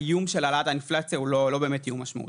האיום של העלאת האינפלציה הוא לא באמת איום משמעותי.